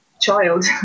Child